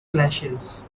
clashes